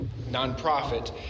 nonprofit